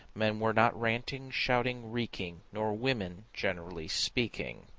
men were not ranting, shouting, reeking, nor women generally speaking.